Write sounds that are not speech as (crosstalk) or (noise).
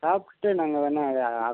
சாப்பிட்டு நாங்கள் வேணும்னா ஆட்ரு (unintelligible)